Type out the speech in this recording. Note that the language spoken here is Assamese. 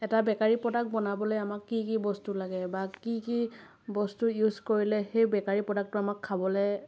এটা বেকাৰী প্ৰডাক্ট বনাবলৈ আমাক কি কি বস্তু লাগে বা কি কি বস্তুৰ ইউচ কৰিলে সেই বেকাৰী প্ৰডাক্টো আমাক খাবলৈ